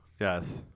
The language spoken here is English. yes